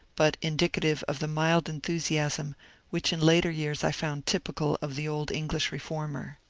but indicative of the mild enthusiasm which in later years i found typical of the old english reformer.